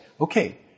okay